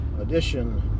edition